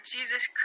Jesus